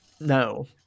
no